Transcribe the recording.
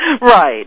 Right